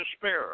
despair